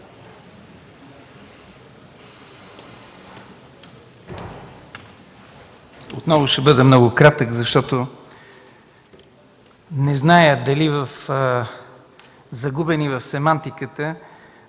Отново ще бъда много кратък, защото не зная дали, загубени в семантиката,